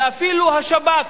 ואפילו השב"כ,